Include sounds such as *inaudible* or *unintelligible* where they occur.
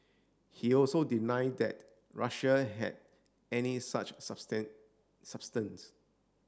he also denied that Russia had any such *unintelligible* substance